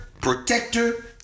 protector